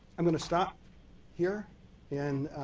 i'm going to stop here and